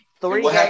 Three